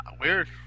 Weird